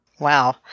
Wow